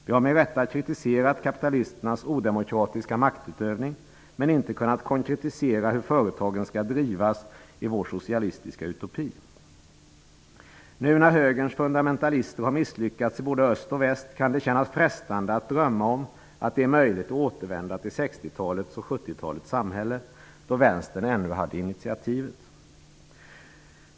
Vi har med rätta kritiserat kapitalisternas odemokratiska maktutövning, men inte kunnat konkretisera hur företagen skall drivas i vår socialistiska utopi. Nu när högerns fundamentalister har misslyckats i både öst och väst kan det kännas frestande att drömma om att det är möjligt att återvända till 60-talets och 70-talets samhälle, då vänstern ännu hade initiativet.